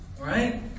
Right